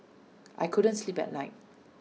I couldn't sleep last night